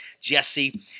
Jesse